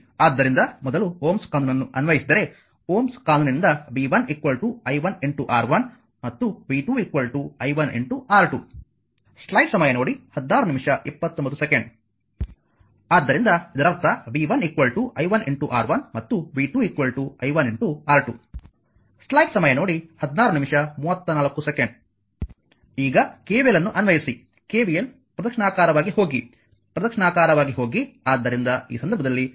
ಆದ್ದರಿಂದ ಮೊದಲು ಓಮ್ಸ್ ಕಾನೂನನ್ನು ಅನ್ವಯಿಸಿದರೆ ಓಮ್ಸ್ ಕಾನೂನಿನಿಂದ v 1 i R1 ಮತ್ತು v 2 i R2 ಆದ್ದರಿಂದ ಇದರರ್ಥ v 1 i R1 ಮತ್ತು v 2 i R2 ಈಗ KVL ಅನ್ನು ಅನ್ವಯಿಸಿ KVL ಪ್ರದಕ್ಷಿಣಾಕಾರವಾಗಿ ಹೋಗಿ ಪ್ರದಕ್ಷಿಣಾಕಾರವಾಗಿ ಹೋಗಿ ಆದ್ದರಿಂದ ಈ ಸಂದರ್ಭದಲ್ಲಿ ಅದು ಮೊದಲು ಟರ್ಮಿನಲ್ ಎದುರಾಗುತ್ತದೆ